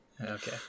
Okay